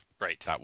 Right